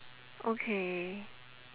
okay